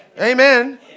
Amen